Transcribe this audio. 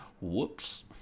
Whoops